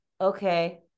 okay